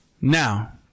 now